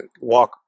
walk